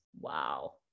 Wow